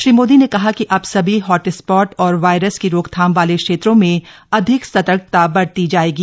श्री मोदी ने कहा कि अब सभी हॉट स्पॉट और वायरस की रोकथाम वाले क्षेत्रों में अधिक सतर्कता बरती जायेगी